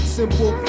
simple